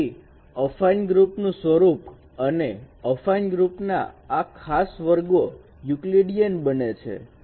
તેથી અફાઈન ગ્રુપનું સ્વરૂપ અને અફાઈન ગ્રુપ ના આ ખાસ વર્ગો યુકલીડીએન બને છે